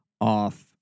off